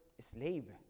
slave